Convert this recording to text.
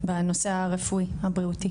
בנושא הרפואי, הבריאותי.